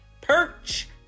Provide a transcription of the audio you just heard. perch